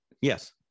Yes